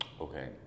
Okay